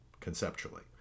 conceptually